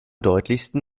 deutlichsten